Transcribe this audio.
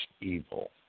evil